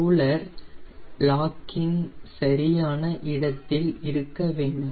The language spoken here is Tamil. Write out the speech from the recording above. கூலர் லாக்கிங் சரியான இடத்தில் இருக்கவேண்டும்